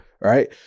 right